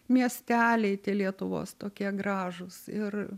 miesteliai lietuvos tokie gražūs ir